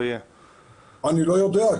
אני לא יודע,